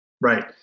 Right